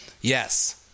Yes